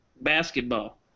basketball